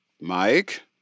Mike